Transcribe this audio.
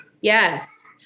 Yes